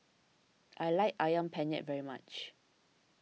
I like Ayam Penyet very much